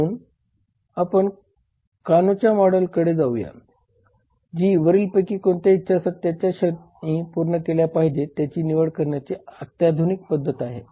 म्हणून आम्ही कानोच्या मॉडेलकडे Kanos model जाऊया जी वरीलपैकी कोणत्या इच्छा सत्याच्या क्षणी पूर्ण केल्या पाहिजेत याची निवड करण्याची अत्याधुनिक पद्धत आहे